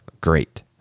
Great